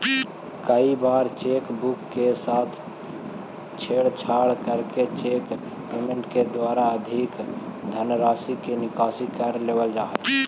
कई बार cheque book के साथ छेड़छाड़ करके चेक पेमेंट के द्वारा अधिक धनराशि के निकासी कर लेवल जा हइ